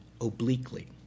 obliquely